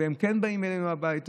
וחברים, והם כן באים אלינו הביתה.